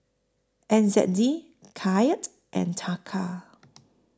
N Z D Kyat and Taka